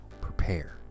prepare